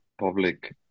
public